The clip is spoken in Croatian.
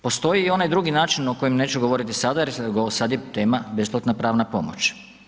Postoji i onaj drugi način o kojem neću govoriti sada jer sad je tema besplatna pravna pomoć.